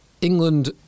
England